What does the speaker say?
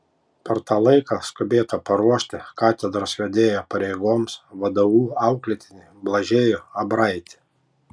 per tą laiką skubėta paruošti katedros vedėjo pareigoms vdu auklėtinį blažiejų abraitį